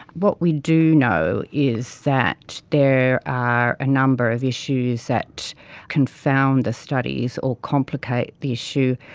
what we do know is that there are a number of issues that confound the studies or complicate the issue.